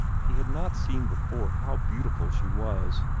he had not seen before how beautiful she was.